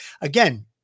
Again